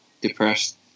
depressed